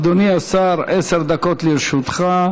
אדוני השר, עשר דקות לרשותך.